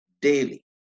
daily